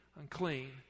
unclean